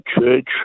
church